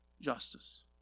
justice